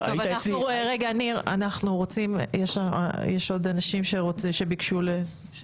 יש עוד אנשים שביקשו לדבר.